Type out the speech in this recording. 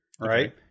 right